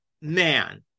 man